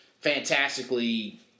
fantastically